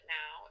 now